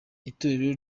itorero